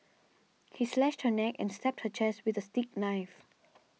he slashed her neck and stabbed her chest with a steak knife